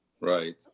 Right